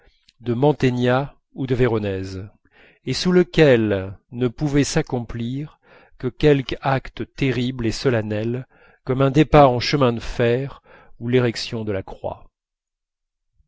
de mantegna ou de véronèse et sous lequel ne pouvait s'accomplir que quelque acte terrible et solennel comme un départ en chemin de fer ou l'érection de la croix